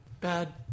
bad